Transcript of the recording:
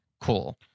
cool